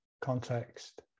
context